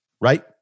right